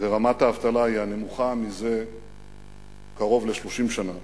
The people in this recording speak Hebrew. ורמת האבטלה היא הנמוכה מזה קרוב ל-30 שנה.